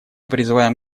призываем